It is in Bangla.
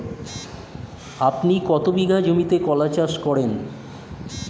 আপনি কত বিঘা জমিতে কলা চাষ করেন?